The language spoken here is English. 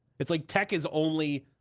it's like, tech is only,